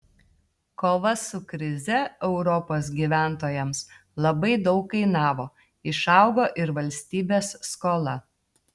kova su krize europos gyventojams labai daug kainavo išaugo ir valstybės skola